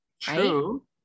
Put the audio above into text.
true